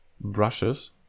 brushes